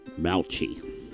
Malchi